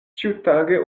ĉiutage